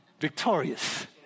victorious